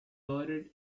ordered